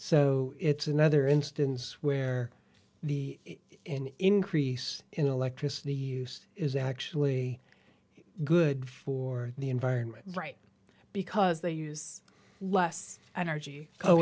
so it's another instance where the increase in electricity use is actually good for the environment right because they use less energy